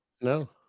No